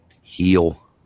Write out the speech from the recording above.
Heal